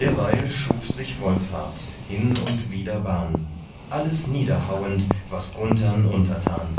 derweil schuf sich wolfhart hin und wieder bahn alles niederhauend was gunthern untertan